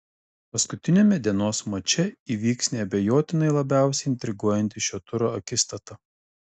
paskutiniame dienos mače įvyks neabejotinai labiausiai intriguojanti šio turo akistata